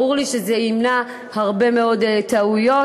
ברור לי שזה ימנע הרבה מאוד טעויות,